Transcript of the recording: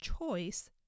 choice